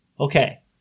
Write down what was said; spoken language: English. Okay